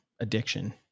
addiction